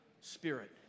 spirit